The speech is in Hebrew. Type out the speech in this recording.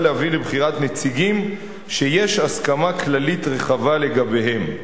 להביא לבחירת נציגים שיש הסכמה כללית רחבה לגביהם.